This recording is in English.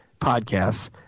podcasts